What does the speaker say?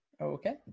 Okay